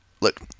look